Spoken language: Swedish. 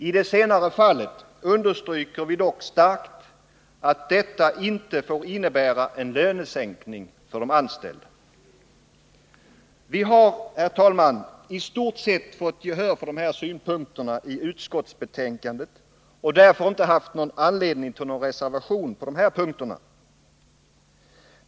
I det senare fallet understryker vi dock starkt att detta inte får innebära en lönesänkning för de anställda. Vi har, herr talman, i stort sett fått gehör för de här synpunkterna i utskottsbetänkandet och därför inte haft anledning till någon reservation på dessa punkter.